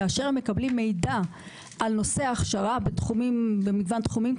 והם מקבלים מידע על נושא ההכשרה במגוון תחומים,